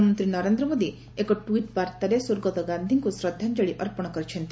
ପ୍ରଧାନମନ୍ତୀ ନରେନ୍ଦ୍ର ମୋଦି ଏକ ଟ୍ୱିଟ୍ ବାର୍ଭାରେ ସ୍ୱର୍ଗତ ଗାକ୍ଷିଙ୍କୁ ଶ୍ରବ୍ବାଞ୍ଚଳି ଅର୍ପଣ କରିଛନ୍ତି